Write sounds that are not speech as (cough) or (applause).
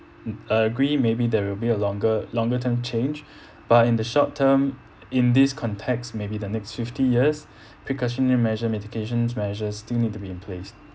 I agree maybe there will be a longer longer term change (breath) but in the short term in this context maybe the next fifty years (breath) precautionary measure mitigation measures still need to be in place